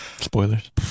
Spoilers